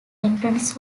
entrance